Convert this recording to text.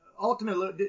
ultimately